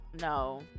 No